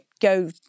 go